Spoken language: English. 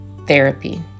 therapy